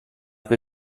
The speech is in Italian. che